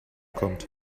kommt